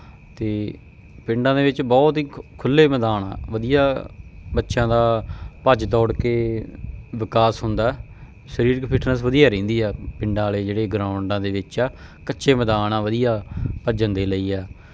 ਅਤੇ ਪਿੰਡਾਂ ਦੇ ਵਿੱਚ ਬਹੁਤ ਹੀ ਖ ਖੁੱਲ੍ਹੇ ਮੈਦਾਨ ਆ ਵਧੀਆ ਬੱਚਿਆਂ ਦਾ ਭੱਜ ਦੌੜ ਕੇ ਵਿਕਾਸ ਹੁੰਦਾ ਸਰੀਰਕ ਫਿਟਨੈਸ ਵਧੀਆ ਰਹਿੰਦੀ ਆ ਪਿੰਡਾਂ ਵਾਲੇ ਜਿਹੜੇ ਗਰਾਊਂਡਾਂ ਦੇ ਵਿੱਚ ਆ ਕੱਚੇ ਮੈਦਾਨ ਆ ਵਧੀਆ ਭੱਜਣ ਦੇ ਲਈ ਆ